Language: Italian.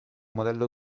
modello